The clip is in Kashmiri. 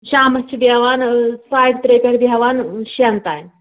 شامَس چھِ بیٚہوان ساڑِ ترٛیہِ پٮ۪ٹھ بیٚہوان شیٚن تانۍ